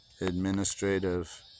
administrative